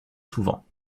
souvent